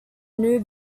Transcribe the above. new